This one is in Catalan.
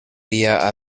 via